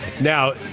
Now